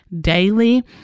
daily